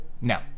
No